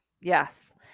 yes